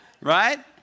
Right